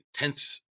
intense